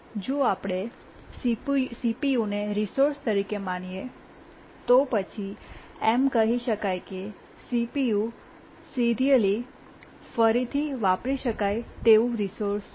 જો આપણે CPU ને રિસોર્સ તરીકે માનીએ તો પછી એમ કહી શકાય કે CPU સિરીઅલી ફરીથી વાપરી શકાય તેવું રિસોર્સ છે